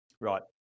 Right